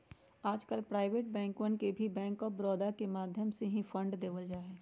आजकल प्राइवेट बैंकवन के भी बैंक आफ बडौदा के माध्यम से ही फंड देवल जाहई